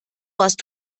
warst